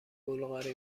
بلغاری